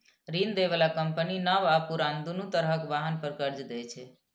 ऋण दै बला कंपनी नव आ पुरान, दुनू तरहक वाहन पर कर्ज दै छै